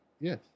Yes